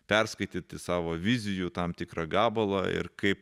perskaityti savo vizijų tam tikrą gabalą ir kaip